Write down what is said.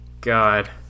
God